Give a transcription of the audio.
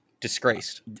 Disgraced